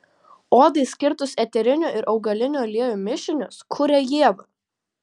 odai skirtus eterinių ir augalinių aliejų mišinius kuria ieva